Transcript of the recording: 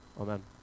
Amen